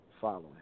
following